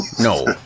No